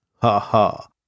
Ha-ha